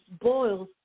boils